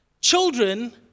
children